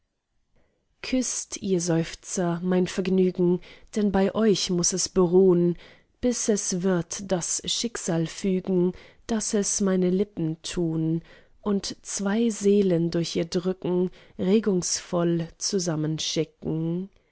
küßt ihr seufzer mein vergnügen denn bei euch muß es beruhn bis es wird das schicksal fügen daß es meine lippen tun und zwei seelen durch ihr drücken regungsvoll zusammen schicken